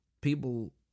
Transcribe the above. people